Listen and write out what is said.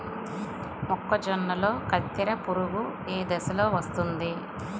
మొక్కజొన్నలో కత్తెర పురుగు ఏ దశలో వస్తుంది?